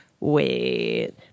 Wait